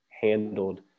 handled